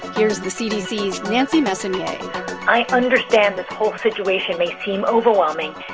here's the cdc's nancy messonnier i understand this whole situation may seem overwhelming,